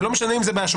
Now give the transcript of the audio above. ולא משנה אם זה באשמתך,